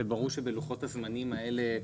וברור שבלוחות הזמנים האלה,